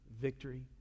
victory